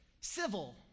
Civil